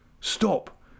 Stop